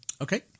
Okay